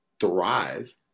thrive